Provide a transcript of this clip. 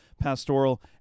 pastoral